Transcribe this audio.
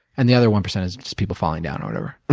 and the other one percent is just people falling down or whatever.